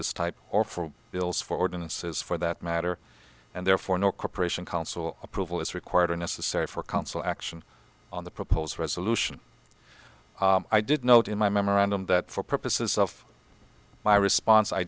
this type or for bills for ordinances for that matter and therefore no cooperation council approval is required or necessary for council action on the proposed resolution i did note in my memorandum that for purposes of my response i